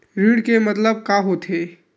ऋण के मतलब का होथे?